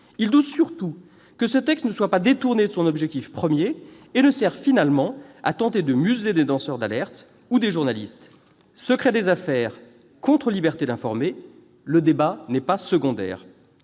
craindre, surtout, qu'il ne soit détourné de son objectif et ne serve à tenter de museler des lanceurs d'alerte ou des journalistes. Secret des affaires contre liberté d'informer, ce débat n'est pas secondaire